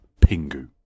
Pingu